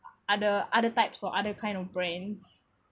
other other types or other kind of brands